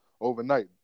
overnight